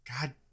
God